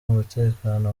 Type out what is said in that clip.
umutekano